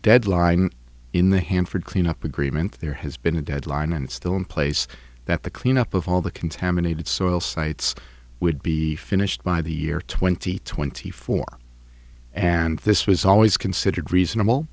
deadline in the hanford cleanup agreement there has been a deadline and still in place that the cleanup of all the contaminated soil sites would be finished by the year twenty twenty four and this was always considered reasonable